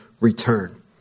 return